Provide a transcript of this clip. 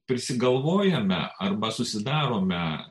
prisigalvojame arba susidarome